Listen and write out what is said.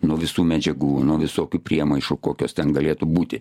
nuo visų medžiagų nuo visokių priemaišų kokios ten galėtų būti